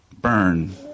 burn